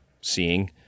seeing